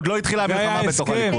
עוד לא התחילה המחאה בתוך הליכוד.